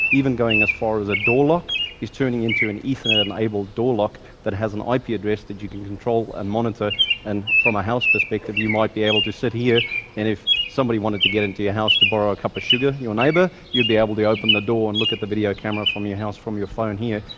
even going as far as a door-lock is turning into an ethernet enabled door-lock that has an ip address that you can control and monitor and from a house perspective. you might be able to sit here and if somebody wanted to get your house to borrow a cup of sugar your neighbour you'd be able to open the door and look at the video camera from your house from your phone here.